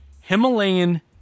Himalayan